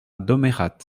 domérat